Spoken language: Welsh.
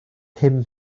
pum